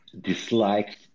disliked